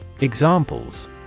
Examples